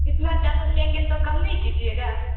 इतना चावल लेंगे तो कम नहीं कीजिएगा